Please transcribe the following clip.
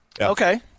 Okay